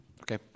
Okay